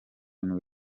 nibwo